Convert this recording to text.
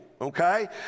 Okay